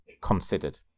considered